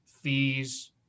fees